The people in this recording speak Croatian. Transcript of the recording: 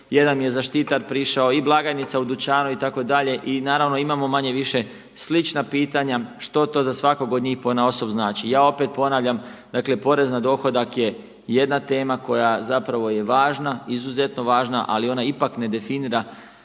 jedan mi je zaštitar prišao, i blagajnica u dućanu itd., i naravno imamo manje-više slična pitanja što to za svakog od njih ponaosob znači. Ja opet ponavljam, dakle porez na dohodak je jedna tema koja zapravo je važna, izuzetno važna, ali ona ipak ne definira